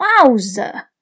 Wowza